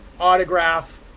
autograph